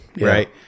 right